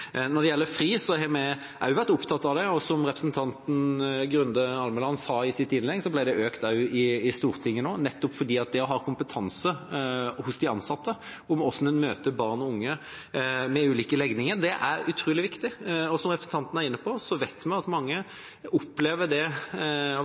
Når det gjelder FRI, har vi også vært opptatt av det, og som representanten Grunde Almeland sa i sitt innlegg, ble tilskuddet økt i Stortinget nå, nettopp fordi det å ha kompetanse hos de ansatte om hvordan en møter barn og unge med ulike legninger, er utrolig viktig. Som representanten var inne på, vet vi at mange